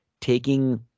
Taking